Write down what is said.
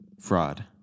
fraud